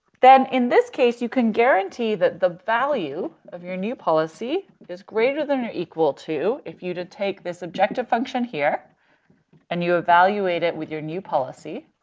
then, in this case, you can guarantee that the value of your new policy is greater than or equal to, if you'd to take this objective function here and you evaluate it with your new policy,